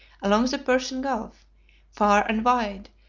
along the persian gulf far and wide,